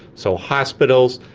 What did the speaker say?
so hospitals,